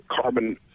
carbon